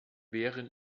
wären